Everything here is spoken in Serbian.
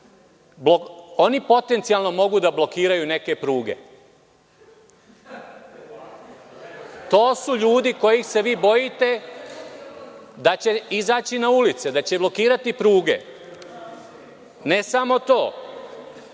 potencijalno mogu da blokiraju neke pruge. To su ljudi kojih se vi bojite, bojite se da će izaći na ulice, da će blokirati pruge. Ne samo to,